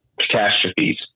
catastrophes